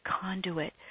conduit